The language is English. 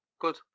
good